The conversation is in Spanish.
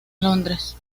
londres